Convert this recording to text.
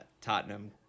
Tottenham